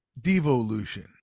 devolution